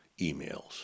emails